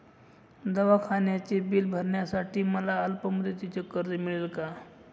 दवाखान्याचे बिल भरण्यासाठी मला अल्पमुदतीचे कर्ज मिळेल का?